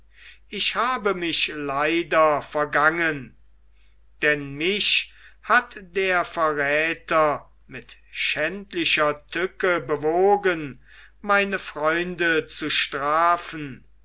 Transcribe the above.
ich habe mich leider vergangen denn mich hat der verräter mit schändlicher tücke bewogen meine freunde zu strafen